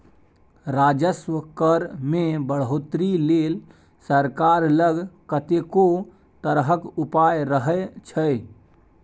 राजस्व कर मे बढ़ौतरी लेल सरकार लग कतेको तरहक उपाय रहय छै